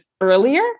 earlier